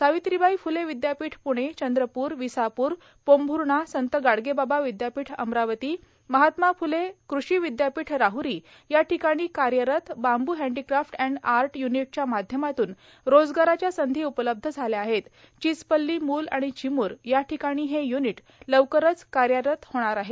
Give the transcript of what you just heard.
सावित्रीबाई फूले विद्यापीठ पुणे चंद्रपूर विसापूर एपोंभूरणा संत गाडगेबाबा विद्यापीठ अमरावतीए महात्मा फूले कृषी विद्यापीठ राहरी या ठिकाणी कार्यरत बांबू हॅडीक्राफ्ट अँड आर्ट युनिटच्या माध्यमातून रोजगाराच्या संधी उपलब्ध झाल्या आहेत चिचपल्ली मूल आणि चिमूर याठिकाणी हे युनिट लवकरच कार्यरत होणार आहे